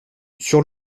sur